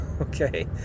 okay